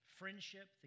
friendship